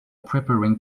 preparing